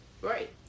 right